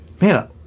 Man